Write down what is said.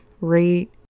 rate